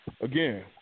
Again